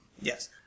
Yes